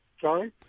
Sorry